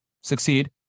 succeed